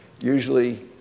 usually